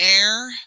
air